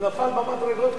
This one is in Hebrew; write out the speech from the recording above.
חברי חברי הכנסת,